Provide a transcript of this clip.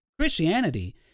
Christianity